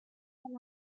land